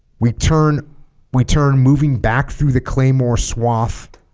we turn we turn moving back through the claymore swath